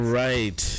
right